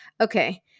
okay